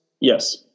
Yes